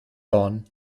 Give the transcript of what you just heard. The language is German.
don